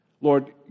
Lord